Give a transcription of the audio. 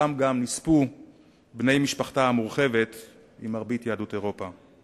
אשר שם נספו בני משפחתה המורחבת עם מרבית יהדות אירופה.